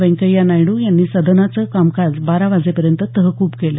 वेंकय्या नायडू यांनी सदनाचं कामकाज बारा वाजेपर्यंत तहकूब केलं